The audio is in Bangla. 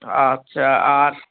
আচ্ছা আর